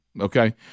Okay